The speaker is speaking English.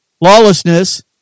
lawlessness